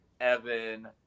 Evan